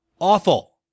awful